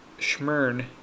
Schmern